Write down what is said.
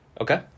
Okay